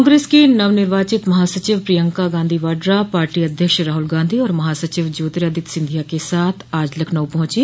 कांग्रेस की नवनिर्वाचित महासचिव प्रियंका गांधी वाड्रा पार्टी अध्यक्ष राहुल गांधी और महासचिव ज्योतरादित्य सिंधिया के साथ आज लखनऊ पहुंची